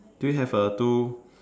do you have uh two